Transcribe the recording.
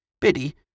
Biddy